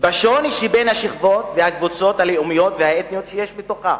היא בשוני שבין השכבות והקבוצות הלאומיות והאתניות שיש בתוכה.